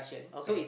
okay